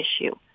issue